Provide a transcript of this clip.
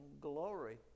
glory